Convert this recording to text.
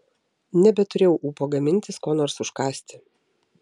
nebeturėjau ūpo gamintis ko nors užkąsti